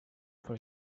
for